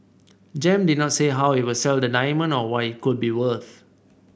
Gem did not say how it will sell the diamond or what it could be worth